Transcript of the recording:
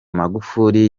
magufuli